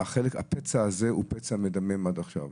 הפצע הזה הוא פצע מדמם עד עכשיו.